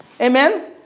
Amen